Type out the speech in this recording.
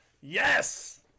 Yes